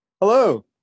Hello